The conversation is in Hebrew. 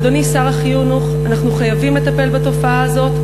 אדוני שר החינוך, אנחנו חייבים לטפל בתופעה הזאת.